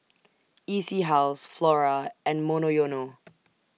E C House Flora and Monoyono